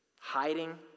hiding